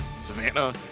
Savannah